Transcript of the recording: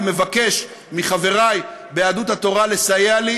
ומבקש מחברי ביהדות התורה לסייע לי,